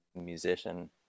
musician